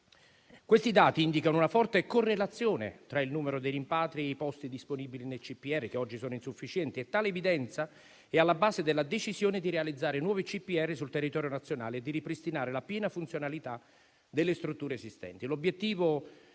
Questi dati indicano una forte correlazione tra il numero dei rimpatri e i posti disponibili nei CPR, che oggi sono insufficienti. Tale evidenza è alla base della decisione di realizzare nuovi CPR sul territorio nazionale e di ripristinare la piena funzionalità delle strutture esistenti.